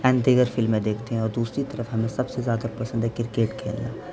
N دیگر فلمیں دیکھتے ہیں اور دوسری طرف ہمیں سب سے زیادہ پسند ہے کرکٹ کھیلنا